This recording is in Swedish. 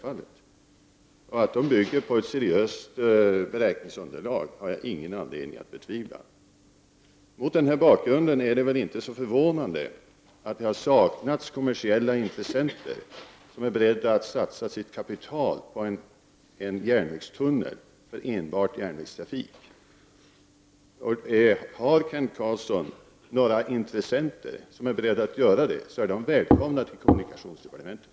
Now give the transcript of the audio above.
Att de bygger på ett seriöst beräkningsunderlag har jag inte någon anledning att betvivla. Mot denna bakgrund är det väl inte så förvånande att det har saknats kommersiella intressenter som är beredda att satsa sitt kapital på en järnvägstunnel för enbart järnvägstrafik. Har Kent Carlsson några intressenter som är beredda att göra det, är de välkomna till kommunikationsdepartementet.